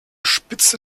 spitze